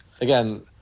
again